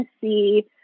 see